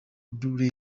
blue